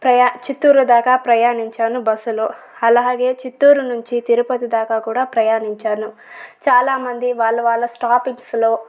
ప్రయా చిత్తూరు దాకా ప్రయాణించాను బస్సు లో అలాగే చిత్తూరు నుంచి తిరుపతి దాకా కూడా ప్రయాణించాను చాలామంది వాళ్ళ వాళ్ళ స్టాపిక్స్ లో